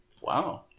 Wow